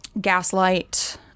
gaslight